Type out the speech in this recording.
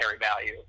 value